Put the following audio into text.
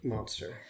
Monster